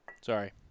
Sorry